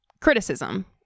criticism